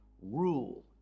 rule